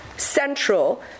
Central